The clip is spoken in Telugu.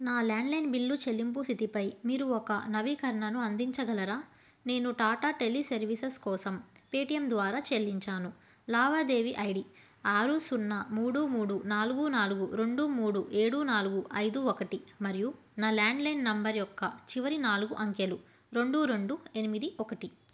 నా ల్యాండ్లైన్ బిల్లు చెల్లింపు స్థితిపై మీరు ఒక నవీకరణను అందించగలరా నేను టాటా టెలీ సర్వీసెస్ కోసం పేటీఎం ద్వారా చెల్లించాను లావాదేవీ ఐ డీ ఆరు సున్నా మూడు మూడు నాలుగు నాలుగు రెండు మూడు ఏడు నాలుగు ఐదు ఒకటి మరియు నా ల్యాండ్లైన్ నెంబర్ యొక్క చివరి నాలుగు అంకెలు రెండు రెండు ఎనిమిది ఒకటి